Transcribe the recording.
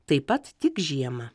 taip pat tik žiemą